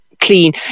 clean